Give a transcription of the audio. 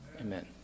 Amen